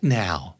now